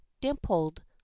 dimpled